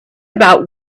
about